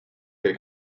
del